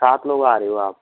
सात लोग आ रहे हो आप